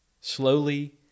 slowly